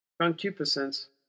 Concupiscence